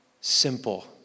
simple